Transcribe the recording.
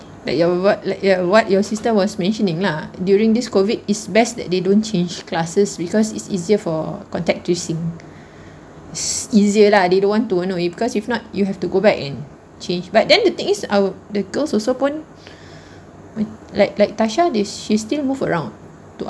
like your what like what your sister was mentioning lah during this COVID it's best that they don't change classes because it's easier for contact tracing it's easier lah they don't want to ignore it because if not you have to go back and change back then the thing is our the girl also pun what like like tasha they she still moved around to